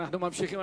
אנחנו ממשיכים,